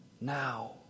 now